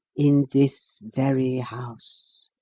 in this very house.